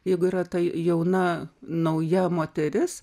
jeigu yra tai jauna nauja moteris